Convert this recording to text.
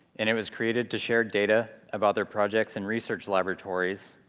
and it was created to share data about their projects in research laboratories,